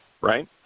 right